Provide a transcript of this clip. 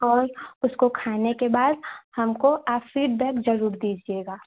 और उसको खाने के बाद हमको आप फ़ीडबैक ज़रूर दीजिएगा